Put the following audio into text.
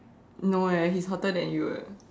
no eh he's hotter than you eh